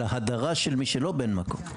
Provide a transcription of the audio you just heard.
אלא הדרה של מי שלא בן מקום.